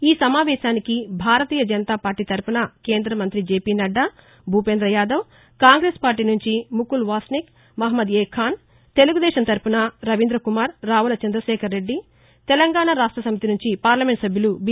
ఈ సమావేశానికి భారతీయ జనతా పార్టీ తరఫున కేంద్ర మంత్రి జేపీ నడ్డా భూపేంద్ర యాదవ్ కాంగ్రెస్ పార్టీ నుంచి ముఖుల్ వాస్నిక్ మహ్మద్ ఏ ఖాన్ తెలుగుదేశం తరఫున రవీంద్ర కుమార్ రావుల చంద్రశేఖర్ రెడ్డి తెలంగాణ రాష్ట సమితి నుంచి పార్లమెంట్ సభ్యులు బీ